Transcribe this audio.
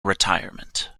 retirement